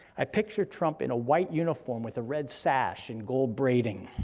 i picture trump in a white uniform with a red sash and gold braiding.